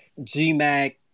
GMAC